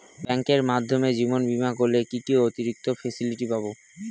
ব্যাংকের মাধ্যমে জীবন বীমা করলে কি কি অতিরিক্ত ফেসিলিটি পাব?